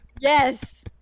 Yes